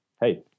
hey